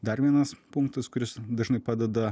dar vienas punktas kuris dažnai padeda